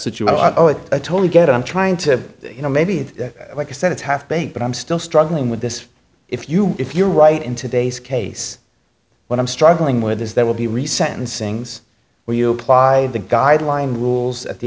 situation i totally get i'm trying to you know maybe it's like i said it's half baked but i'm still struggling with this if you if you're right in today's case what i'm struggling with is there will be re sentencings where you applied the guideline rules at the